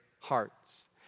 Hearts